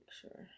sure